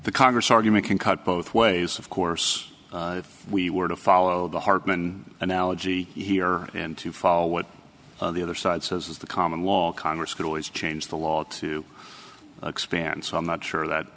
the congress argument can cut both ways of course if we were to follow the hartman analogy here and to follow what the other side says the common law congress could always change the law to expand so i'm not sure that